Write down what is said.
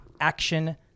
action